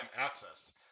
access